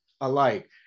alike